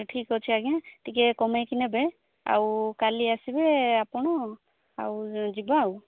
ଠିକ୍ ଅଛି ଆଜ୍ଞା ଟିକେ କମେଇକି ନେବେ ଆଉ କାଲି ଆସିବେ ଆପଣ ଆଉ ଯିବା ଆଉ